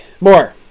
more